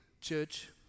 Church